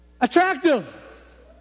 attractive